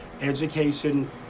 education